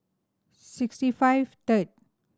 sixty five third